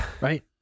right